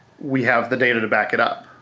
we have the data to back it up,